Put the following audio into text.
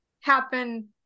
happen